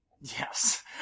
Yes